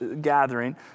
gathering